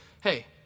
hey